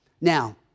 Now